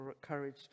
courage